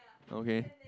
okay